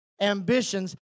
ambitions